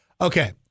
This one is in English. Okay